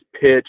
pitch